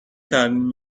کردین